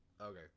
okay